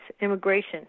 immigration